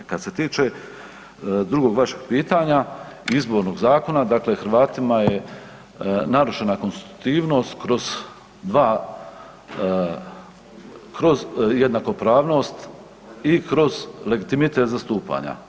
Kad se tiče drugog vašeg pitanja, Izbornog zakona dakle Hrvatima je narušena konstitutivnost kroz dva, kroz jednakopravnost i kroz legitimitet zastupanja.